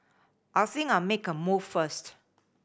I think I'll make a move first